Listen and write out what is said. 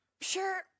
Sure